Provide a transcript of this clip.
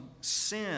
sin